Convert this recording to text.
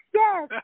yes